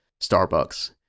Starbucks